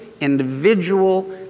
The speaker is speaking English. individual